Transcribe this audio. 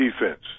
defense